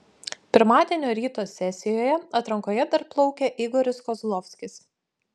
pirmadienio ryto sesijoje atrankoje dar plaukė igoris kozlovskis